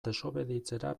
desobeditzera